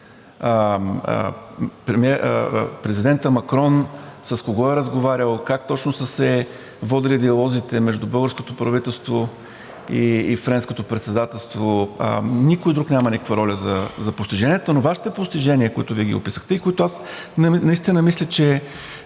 Президентът Макрон с кого е разговарял? Как точно са се водили диалозите между българското правителство и Френското председателство? Никой друг няма никаква роля за постиженията, но Вашите постижения, които Вие описахте и които мисля, че